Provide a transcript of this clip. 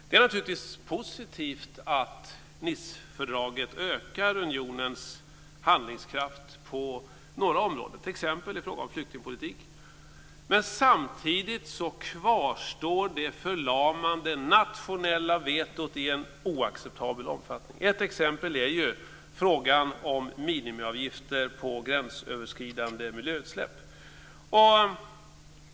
Det är naturligtvis positivt att Nicefördraget ökar unionens handlingskraft på några områden, t.ex. i fråga om flyktingpolitik. Samtidigt kvarstår det förlamande nationella vetot i en oacceptabel omfattning. Ett exempel är frågan om minimiavgifter på gränsöverskridande miljöutsläpp.